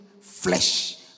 flesh